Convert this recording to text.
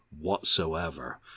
whatsoever